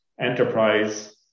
enterprise